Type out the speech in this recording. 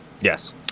Yes